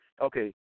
Okay